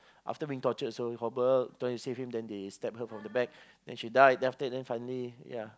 after being tortured then she died then after that finally then ya